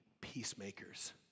peacemakers